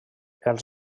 els